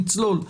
נצלול,